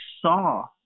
saw